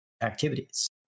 activities